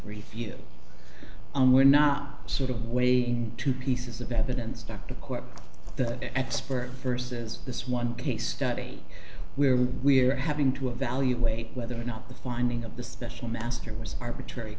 review and we're not sort of waiting two pieces of evidence doc to court the expert versus this one case study where we're having to evaluate whether or not the finding of the special master was arbitrary